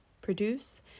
produce